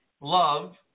love